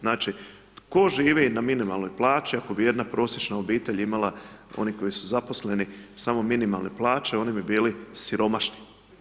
Znači, tko živi na minimalnoj plaći ako bi jedna prosječna obitelj imala, oni koji su zaposleni, samo minimalne plaće, oni bi bili siromašni.